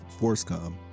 Forcecom